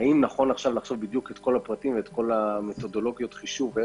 את כל החישובים?